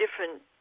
different